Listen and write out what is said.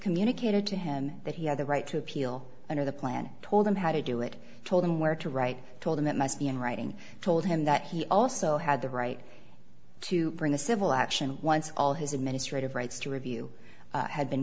communicated to him that he had the right to appeal under the plan told him how to do it told him where to write told him it must be in writing told him that he also had the right to bring a civil action once all his administrative rights to review had been